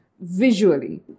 visually